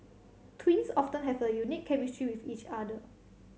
twins often have a unique chemistry with each other